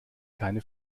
keine